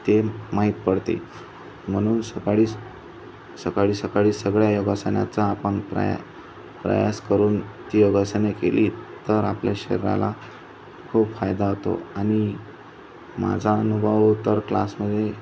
ते माहीत पडते म्हणून सकाळी सकाळी सकाळी सगळ्या योगासनाचा आपण प्रया प्रयास करून ती योगासने केली तर आपल्या शरीराला खूप फायदा होतो आणि माझा अनुभव तर क्लासमध्ये